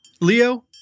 Leo